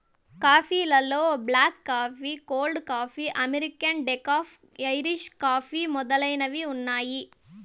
coffee లలో black coffee, cold coffee, americano, decaf, Irish coffee మొదలైనవి ఉన్నాయి